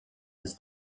his